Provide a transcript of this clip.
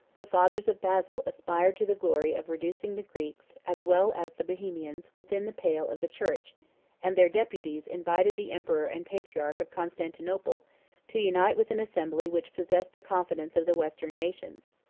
the fathers of basil aspired to the glory of reducing the greeks, as well as the bohemians, within the pale of the church and their deputies invited the emperor and patriarch of constantinople to unite with an assembly which possessed the confidence of the western nations.